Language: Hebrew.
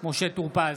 משה טור פז,